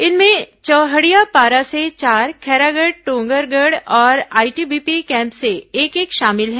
इनमें चौहड़िया पारा से चार खैरागढ़ डोंगरगढ़ और आईटीबीपी कैम्प से एक एक शामिल हैं